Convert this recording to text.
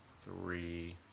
three